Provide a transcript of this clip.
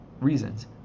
reasons